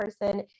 person